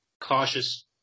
cautious